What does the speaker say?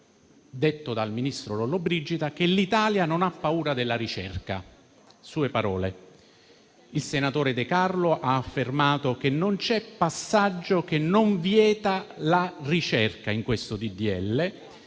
Aula, dal ministro Lollobrigida, che l'Italia non ha paura della ricerca: sono parole sue. Il senatore De Carlo ha affermato che non c'è passaggio che vieta la ricerca in questo